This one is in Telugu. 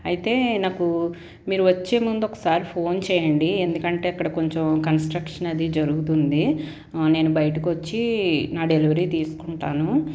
అయితే నాకు మీరు వచ్చే ముందు ఒకసారి ఫోన్ చేయండి ఎందుకంటే అక్కడ కొంచెం కన్స్ట్ర క్షన్ అది జరుగుతుంది నేను బయటకొచ్చి నా డెలివరీ తీసుకుంటాను